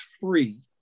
free